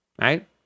right